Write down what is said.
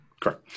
Correct